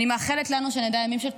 אני מאחלת לנו שנדע ימים של תקווה.